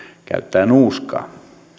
käyttää nuuskaa